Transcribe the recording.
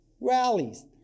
rallies